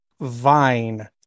vine